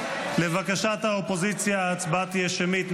לבקשת האופוזיציה ההצבעה תהיה שמית.